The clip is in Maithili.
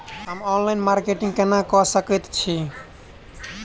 हम ऑनलाइन मार्केटिंग केना कऽ सकैत छी?